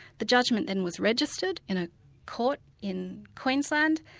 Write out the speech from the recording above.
the judgment then was registered in a court in queensland,